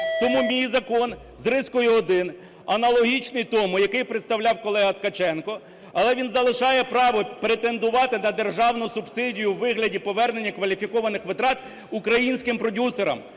Тому мій закон з рискою 1 аналогічний тому, який представляв колега Ткаченко, але він залишає право претендувати на державну субсидію у вигляді повернення кваліфікованих витрат українським продюсерам